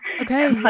Okay